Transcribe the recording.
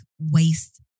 waste